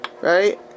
right